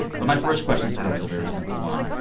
but my first question for her was a very simple one.